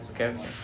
Okay